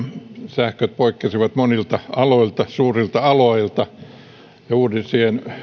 sähköt menivät poikki monilta aloilta suurilta aloilta ja uusien